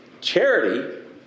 Charity